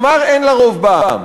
כלומר אין לה רוב בעם,